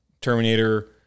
Terminator